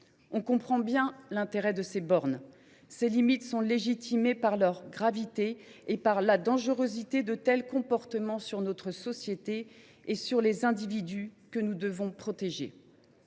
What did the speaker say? On comprend bien l’intérêt de ces bornes. Elles se justifient par la gravité et par la dangerosité de tels comportements sur notre société et sur les individus que nous devons protéger.